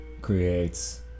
creates